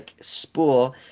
spool